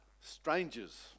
strangers